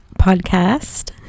podcast